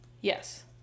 Yes